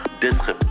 d'être